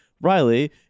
Riley